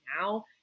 now